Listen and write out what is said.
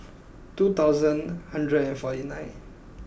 two thousand hundred and forty nine